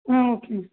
ah okay ma'am